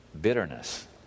bitterness